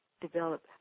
develop